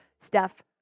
Steph